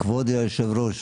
כבוד היושב-ראש,